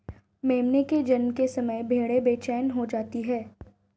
मेमने के जन्म के समय भेड़ें बेचैन हो जाती हैं